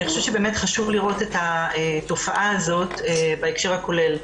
אני חושבת שחשוב לראות את התופעה הזאת בהקשר הכולל.